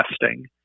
testing